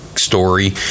story